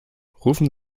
rufen